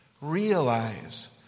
Realize